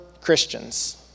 Christians